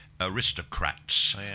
Aristocrats